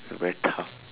it's a very tough